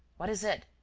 what is it?